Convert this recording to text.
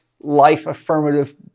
life-affirmative